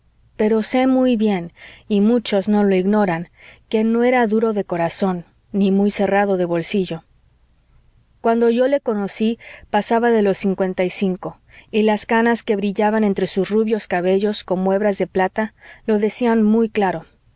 pero sé muy bien y muchos no lo ignoran que no era duro de corazón ni muy cerrado de bolsillo cuando yo le conocí pasaba de los cincuenta y cinco y las canas que brillaban entre sus rubios cabellos como hebras de plata lo decían muy claro